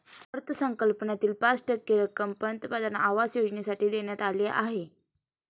अर्थसंकल्पातील पाच टक्के रक्कम पंतप्रधान आवास योजनेसाठी देण्यात आली आहे